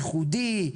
ייחודי,